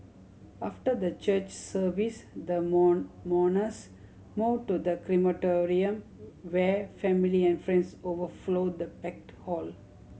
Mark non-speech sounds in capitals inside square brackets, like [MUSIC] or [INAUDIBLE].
after the church service the [UNINTELLIGIBLE] mourners moved to the crematorium where family and friends overflowed the packed hall